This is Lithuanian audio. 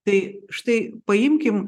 tai štai paimkim